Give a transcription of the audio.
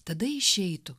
tada išeitų